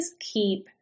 keep